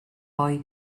boy